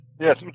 Yes